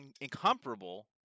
incomparable